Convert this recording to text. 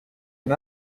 and